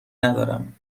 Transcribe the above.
ندارم